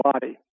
body